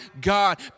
God